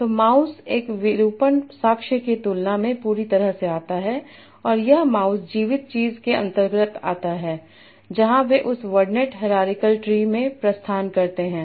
तो माउस एक विरूपण साक्ष्य की तुलना में पूरी तरह से आता है और यह माउस जीवित चीज़ के अंतर्गत आता है जहां वे उस वर्डनेट हैरारिकल ट्री में प्रस्थान करते हैं